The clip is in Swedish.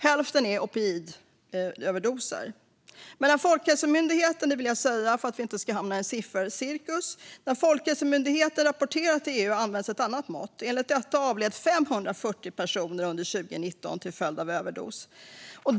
Hälften av fallen berodde på opioidöverdoser. För att vi inte ska hamna i en siffercirkus vill jag säga att när Folkhälsomyndigheten rapporterar till EU används ett annat mått. Enligt detta avled 540 personer under 2019 till följd av överdos.